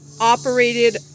operated